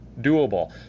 doable